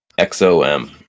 xom